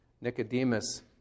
Nicodemus